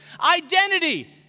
identity